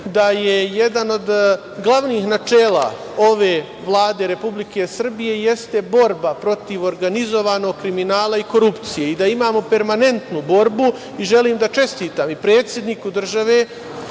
da jedan od glavnih načela ove Vlade Republike Srbije jeste borba protiv organizovanog kriminala i korupcije i da imamo permanentnu borbu. Želim i da čestitam i predsedniku države